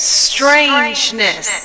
strangeness